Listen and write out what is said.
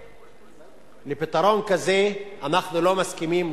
לפתרון כזה אנחנו לא מסכימים.